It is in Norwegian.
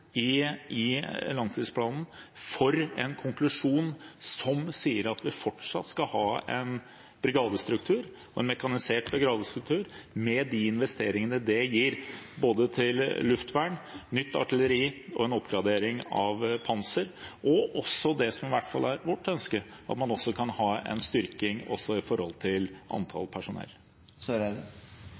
rom i langtidsplanen for en konklusjon som sier at vi fortsatt skal ha en brigadestruktur, en mekanisert brigadestruktur, med de investeringene det gir til både luftvern, nytt artilleri, en oppgradering av panser og det som i hvert fall er vårt ønske: at man også kan ha en styrking av personell?